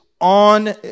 on